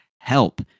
help